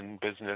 business